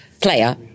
player